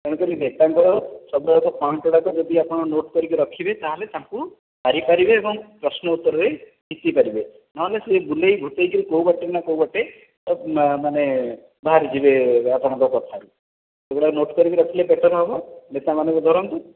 ତେଣୁ ନେତାଙ୍କର ସବୁ ଯାକ ପଏଣ୍ଟ ଗୁଡ଼ାକ ଯଦି ଆପଣ ନୋଟ୍ କରିକି ରଖିବେ ତାଙ୍କୁ ହାରିପାରିବେ ପ୍ରଶ୍ନ ଉତ୍ତରରେ ଜିତିପାରିବେ ନହେଲେ ସେ ବୁଲାଇ ବଙ୍କାଇ ସେ କେଉଁ ବାଟେ ନା କେଉଁ ବାଟେ ନ ମାନେ ବାହାରି ଯିବେ ଆପଣଙ୍କ କଥାରୁ ସେଗୁଡ଼ାକ ନୋଟ୍ କରିକି ରଖିଲେ ବେଟର୍ ହେବ ନେତାମାନଙ୍କୁ ଧରନ୍ତୁ